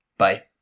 Bye